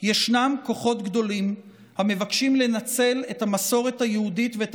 ישנם כוחות גדולים המבקשים לנצל את המסורת היהודית ואת